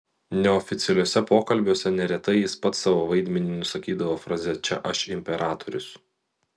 neoficialiuose pokalbiuose neretai jis pats savo vaidmenį nusakydavo fraze čia aš imperatorius